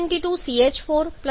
આથી 0